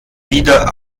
wieder